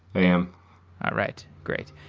am. all right. great.